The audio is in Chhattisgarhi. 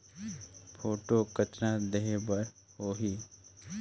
फोटो कतना देहें बर होहि?